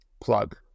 plug